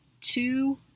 two